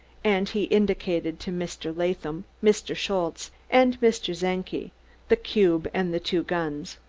and he indicated to mr. latham, mr. schultze and mr. czenki the cube and the two guns.